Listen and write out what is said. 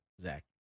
Zach